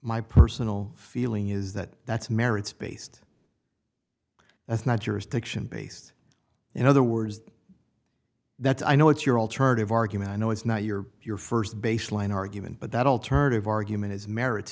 my personal feeling is that that's merits based that's not jurisdiction based in other words that i know what's your alternative argument i know it's not your your first baseline argument but that alternative argument has merit